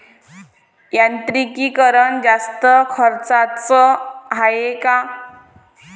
यांत्रिकीकरण जास्त खर्चाचं हाये का?